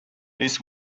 this